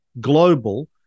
global